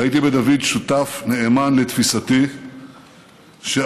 ראיתי בדוד שותף נאמן לתפיסתי שעלינו